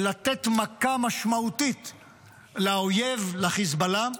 לתת מכה משמעותית לאויב, לחיזבאללה.